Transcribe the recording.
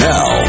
Now